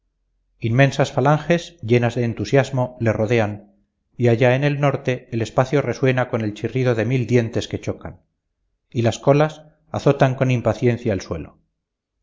inmensas falanges llenas de entusiasmo le rodean y allá en el norte el espacio resuena con el chirrido de mil dientes que chocan y las colas azotan con impaciencia el suelo